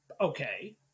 okay